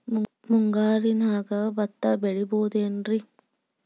ಮುಂಗಾರಿನ್ಯಾಗ ಭತ್ತ ಬೆಳಿಬೊದೇನ್ರೇ?